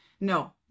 No